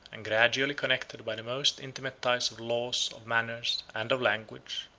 and gradually connected by the most intimate ties of laws, of manners, and of language.